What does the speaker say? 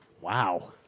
Wow